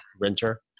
renter